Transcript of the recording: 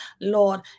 Lord